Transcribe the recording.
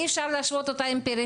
בוקר טוב לכולם,